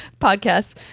podcasts